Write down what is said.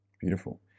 Beautiful